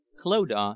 clodagh